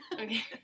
Okay